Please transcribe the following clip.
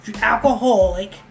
alcoholic